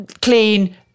clean